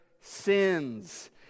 sins